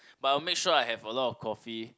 but I'll make sure I have a lot of coffee